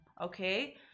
Okay